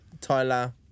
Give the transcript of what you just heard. Tyler